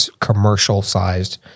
commercial-sized